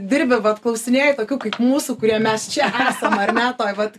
dirbi vat klausinėji tokių kaip mūsų kurie mes čia esam ar ne toj vat